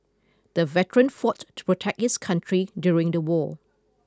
the veteran fought to protect his country during the war